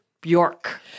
Bjork